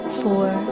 four